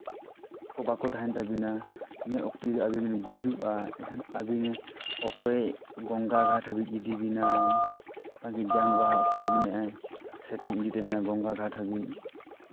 ᱠᱚ ᱵᱟᱠᱚ ᱛᱟᱦᱮᱱ ᱛᱟᱹᱵᱤᱱᱟ ᱤᱱᱟᱹ ᱚᱠᱛᱮ ᱡᱩᱫᱤ ᱟᱹᱵᱤᱱᱵᱤᱱ ᱜᱩᱡᱩᱜᱼᱟ ᱮᱱᱠᱷᱟᱱ ᱟᱹᱵᱤᱱ ᱚᱠᱚᱭ ᱜᱚᱝᱜᱟ ᱜᱷᱟᱴ ᱫᱷᱟᱹᱵᱤᱡ ᱤᱫᱤ ᱵᱮᱱᱟᱭ ᱛᱟᱠᱤ ᱡᱟᱝ ᱵᱟᱦᱟ ᱚᱠᱚᱭ ᱟᱹᱵᱤᱱᱟᱜᱼᱮᱭ ᱥᱮᱯᱮᱧ ᱤᱫᱤ ᱛᱟᱹᱵᱤᱱᱟ ᱜᱚᱝᱜᱟ ᱜᱷᱟᱴ ᱦᱟᱹᱵᱤᱡ